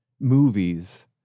movies